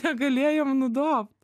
negalėjom nudobt